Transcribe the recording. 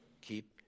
keep